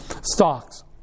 stocks